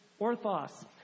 orthos